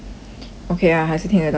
okay ah 还是听得到你讲话